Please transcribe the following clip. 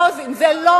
לא עוזבים,